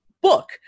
book